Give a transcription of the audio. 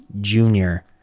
junior